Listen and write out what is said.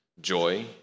joy